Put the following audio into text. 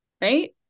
Right